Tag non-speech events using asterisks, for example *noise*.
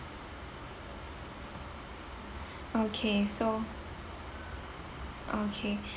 *breath* okay so okay